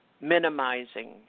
minimizing